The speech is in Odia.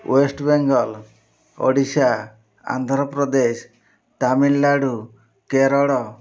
ୱେଷ୍ଟ୍ବେଙ୍ଗଲ୍ ଓଡ଼ିଶା ଆନ୍ଧ୍ରପ୍ରଦେଶ ତାମିଲନାଡ଼ୁ କେରଳ